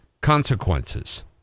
consequences